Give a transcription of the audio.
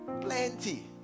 Plenty